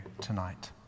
tonight